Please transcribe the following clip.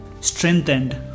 strengthened